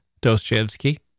Dostoevsky